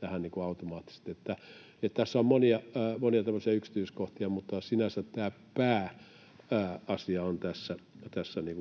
tähän automaattisesti. Eli tässä on monia tämmöisiä yksityiskohtia, mutta sinänsä tämä pääasia on tässä